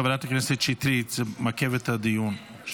חברת הכנסת שטרית, זה מעכב את הדיון.